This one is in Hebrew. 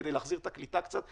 כדי להחזיר את הקליטה קצת,